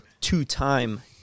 two-time